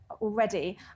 already